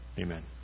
Amen